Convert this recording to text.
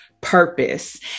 purpose